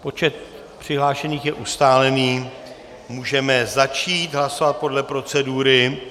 Počet přihlášených je ustálený, můžeme začít hlasovat podle procedury.